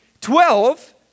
Twelve